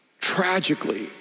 tragically